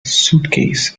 suitcase